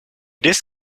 this